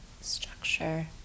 structure